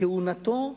כהונתו קצובה.